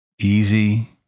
easy